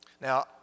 Now